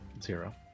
Zero